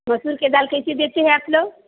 मसूर के दाल कैसे देते है आप लोग